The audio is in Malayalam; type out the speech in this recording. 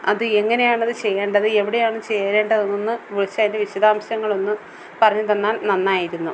അത് എങ്ങനെയാണത് ചെയ്യേണ്ടത് എവിടെയാണത് ചേരേണ്ടതെന്നൊന്ന് വിളിച്ചത്തിന്റെ വിശദാംശങ്ങളൊന്ന് പറഞ്ഞു തന്നാൽ നന്നായിരുന്നു